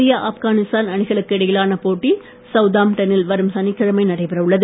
India Afghanistan அணிகளுக்கு இடையிலான போட்டி சவுத்தாம்ப்டனில் வரும் சனிக்கிழமை நடைபெற உள்ளது